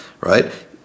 Right